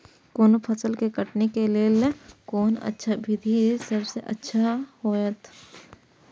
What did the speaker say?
कोनो फसल के कटनी के लेल कोन अच्छा विधि सबसँ अच्छा होयत?